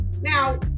now